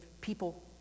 People